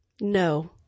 No